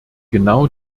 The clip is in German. genau